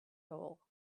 hole